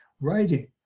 writing